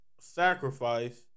sacrifice